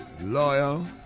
loyal